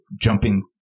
jumping